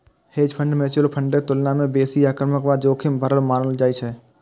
hedge fund mutual फंडक तुलना मे बेसी आक्रामक आ जोखिम भरल मानल जाइ छै